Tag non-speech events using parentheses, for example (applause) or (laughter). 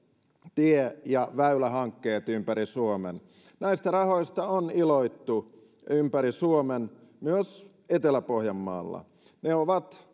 tie ja väylähankkeet ympäri suomen näistä rahoista on iloittu ympäri suomen myös etelä pohjanmaalla ne ovat (unintelligible)